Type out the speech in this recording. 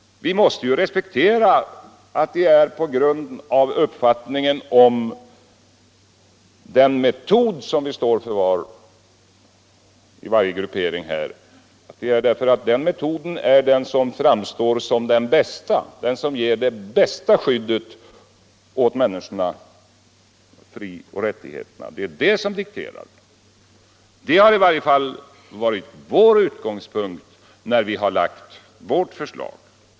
Vi får respektera att det finns olika uppfattningar om metoderna. Vad som dikterar våra ställningstaganden är ju att vi alla vill ge det bästa skyddet åt människornas frioch rättigheter — i varje fall har det varit utgångspunkt för oss i centerpartiet när vi har lagt fram vårt förslag.